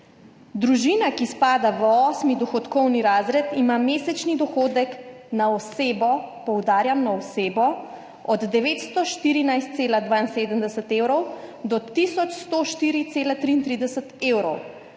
Družina, ki spada v osmi dohodkovni razred, ima mesečni dohodek na osebo, poudarjam, na osebo, od 914,72 evra do tisoč 104,33 evra,